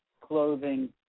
clothing